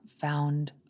found